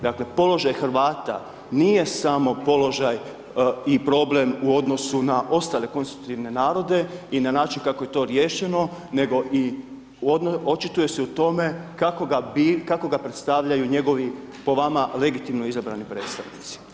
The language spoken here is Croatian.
Dakle, položaj Hrvata nije samo položaj i problem u odnosu na ostale konstitutivne narode i na način kako je to riješeno, nego i očituje se u tome kako ga predstavljaju njegovi po vama legitimno izabrani predstavnici.